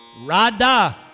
Radha